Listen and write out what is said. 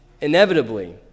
inevitably